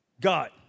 God